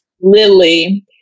Lily